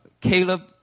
Caleb